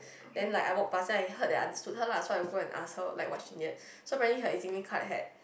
then like I walked past then I heard and understood her lah so I go and ask her what she needed so apparently her EZlink card had